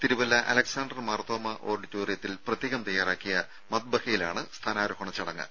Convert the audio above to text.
Thiruvalla Alexander Marthoma ഓഡിറ്റോറിയത്തിൽ പ്രത്യേകം തയ്യാറാക്കിയ മദ്ബഹയിലാണ് സ്ഥാനാരോഹണ ചടങ്ങ്